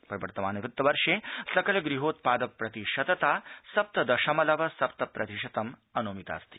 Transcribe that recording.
प्रवर्तमान वित्त वर्षे सकलगृहोत्पाद प्रतिशतता सपृत दशमलव सप्त प्रतिशतम अनुमिता अस्ति